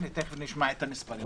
תכף נשמע את המספרים